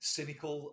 cynical